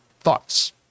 thoughts